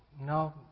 No